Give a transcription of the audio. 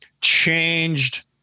changed